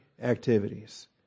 activities